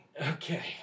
Okay